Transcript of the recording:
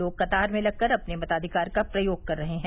लोग कतार में लग कर अपने मताधिकार का प्रयोग कर रहे हैं